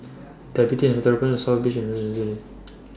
Diabetes and Metabolism South Beach and Lane